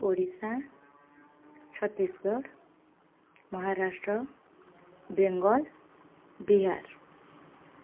Odisha Chhattisgarh Maharashtra Bengal Bihar